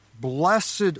Blessed